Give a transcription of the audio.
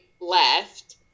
left